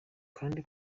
kandi